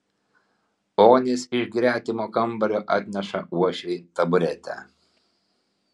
onis iš gretimo kambario atneša uošvei taburetę